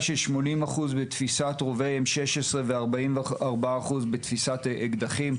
של 80% בתפיסת רובי M16 ועלייה של 40% בתפיסת אקדחים.